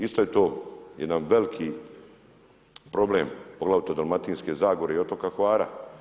Isto je to jedan veliki problem, poglavito Dalmatinske Zagore i otoka Hvara.